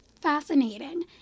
fascinating